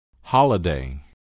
Holiday